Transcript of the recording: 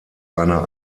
einer